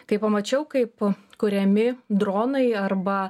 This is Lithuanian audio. kai pamačiau kaip kuriami dronai arba